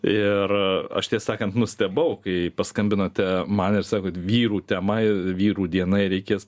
ir aš tiesą sakant nustebau kai paskambinote man ir sakot vyrų tema vyrų dienai reikės